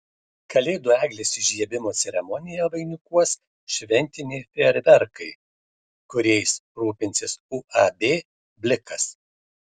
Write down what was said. kalėdų eglės įžiebimo ceremoniją vainikuos šventiniai fejerverkai kuriais rūpinsis uab blikas